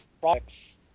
products